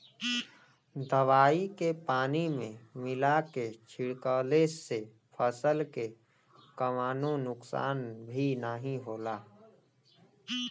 दवाई के पानी में मिला के छिड़कले से फसल के कवनो नुकसान भी नाहीं होला